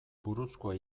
buruzkoa